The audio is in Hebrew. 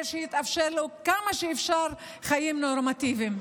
שיתאפשרו לו כמה שאפשר חיים נורמטיביים.